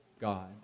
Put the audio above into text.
God